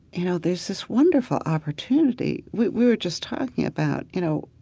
you know, there's this wonderful opportunity. we we were just talking about, you know,